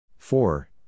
Four